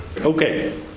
Okay